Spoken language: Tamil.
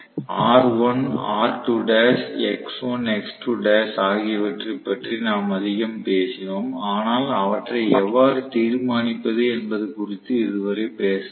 R1 R2l X1 X2l ஆகியவை பற்றி நாம் அதிகம் பேசினோம் ஆனால் அவற்றை எவ்வாறு தீர்மானிப்பது என்பது குறித்து இதுவரை பேசவில்லை